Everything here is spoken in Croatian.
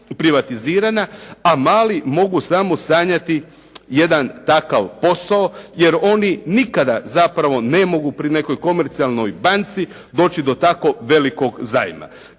privatizirana a mali mogu samo sanjati jedan takav posao, jer oni nikada zapravo ne mogu pri nekoj komercijalnoj banci doći do tako velikog zajma.